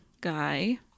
guy